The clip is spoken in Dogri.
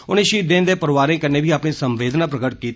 उनें शहीदें दे परोआरें कन्नै बी अपनी संवेदना प्रगट कीती